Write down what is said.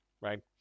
right